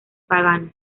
paganos